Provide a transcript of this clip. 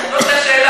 עזוב את כל,